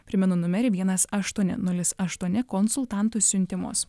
primenu numerį vienas aštuoni nulis aštuoni konsultantų siuntimus